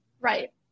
right